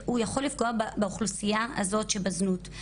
שהוא יכול לפגוע באוכלוסייה הזאת שבזנות.